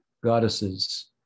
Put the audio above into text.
goddesses